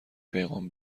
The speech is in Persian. پیغام